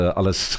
alles